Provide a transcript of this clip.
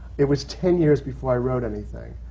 it was ten years before i wrote anything,